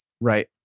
right